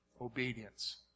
obedience